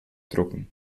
drucken